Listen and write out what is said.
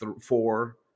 four